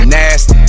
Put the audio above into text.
nasty